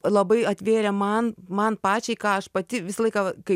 labai atvėrė man man pačiai ką aš pati visą laiką va kai